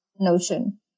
notion